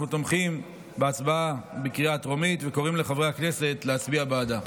אנחנו תומכים בהצבעה בקריאה הטרומית וקוראים לחברי הכנסת להצביע בעדה.